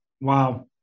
Wow